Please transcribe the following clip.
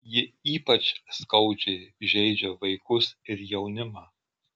ji ypač skaudžiai žeidžia vaikus ir jaunimą